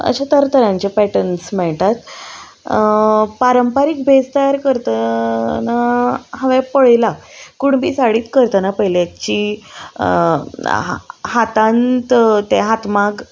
अशे तरतरांचे पॅटन्स मेळटात पारंपारीक भेस तयार करतना हांवें पळयलां कुणबी साडीत करतना पयल्याची आ हा हातांत तें हातमाग